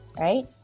right